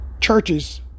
churches